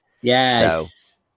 Yes